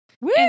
Woo